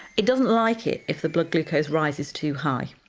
it doesn't like it if the blood glucose rises too high.